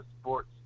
sports